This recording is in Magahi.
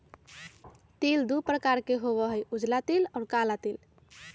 तिल दु प्रकार के होबा हई उजला तिल और काला तिल